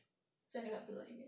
在那个 episode 里面